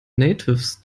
natives